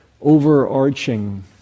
overarching